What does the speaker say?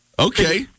Okay